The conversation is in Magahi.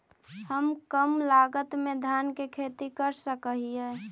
हम कम लागत में धान के खेती कर सकहिय?